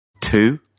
Two